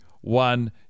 one